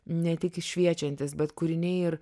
ne tik i šviečiantys bet kūriniai ir